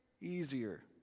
easier